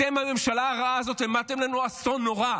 אתם, הממשלה הרעה הזאת, המטתם עלינו אסון נורא,